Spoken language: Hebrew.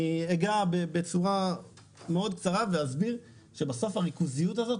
אני אגע בצורה מאוד קצרה ואסביר שבסוף הריכוזיות הזאת